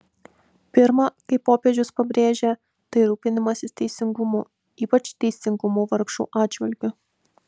pirma kaip popiežius pabrėžė tai rūpinimasis teisingumu ypač teisingumu vargšų atžvilgiu